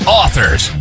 authors